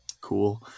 cool